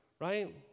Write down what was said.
right